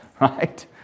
Right